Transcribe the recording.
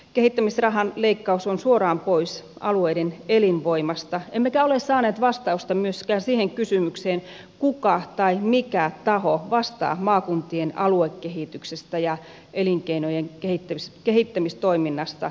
kehittämisrahan leikkaus on suoraan pois alueiden elinvoimasta emmekä ole saaneet vastausta myöskään siihen kysymykseen kuka tai mikä taho vastaa maakuntien aluekehityksestä ja elinkeinojen kehittämistoiminnasta jatkossa